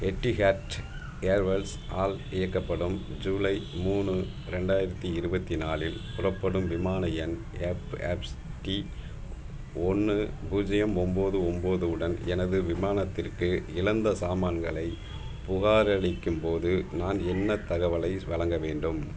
Etihad airways ஆல் இயக்கப்படும் July மூணு ரெண்டாயிரத்தி இருபத்தி நாலில் புறப்படும் விமான எண் எஃப்எஃப்ஸ்டி ஒன்று பூஜ்ஜியம் ஒம்பது ஒம்பது உடன் எனது விமானத்திற்கு இழந்த சாமான்களைப் புகாரளிக்கும் போது நான் என்ன தகவலை வழங்க வேண்டும்